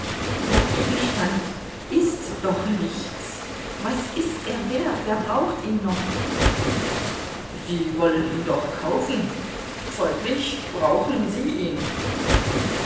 der gegenstand ist doch nichts was ist er wert wer braucht ihn noch sie wollen ihn doch kaufen folglich brauchen sie ihn